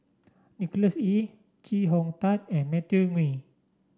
Nicholas Ee Chee Hong Tat and Matthew Ngui